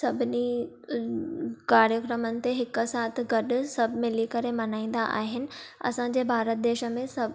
सभिनी कार्यक्रमनि ते हिक साथ गॾु सभु मिली करे मल्हाईंदा आहिनि असां जे भारत देश में सभु